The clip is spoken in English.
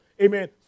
amen